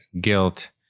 guilt